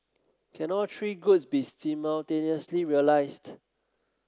can all three goods be simultaneously realised